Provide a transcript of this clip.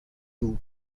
two